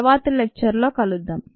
తర్వాతి లెక్చర్ లో కలుద్దాం